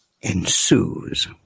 ensues